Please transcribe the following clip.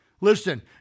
Listen